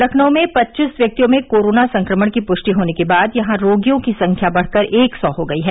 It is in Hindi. लखनऊ में पच्चीस व्यक्तियों में कोरोना संक्रमण की पुष्टि होने के बाद यहां रोगियों की संख्या बढ़कर एक सौ हो गई है